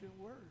word